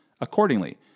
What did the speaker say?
Accordingly